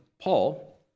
Paul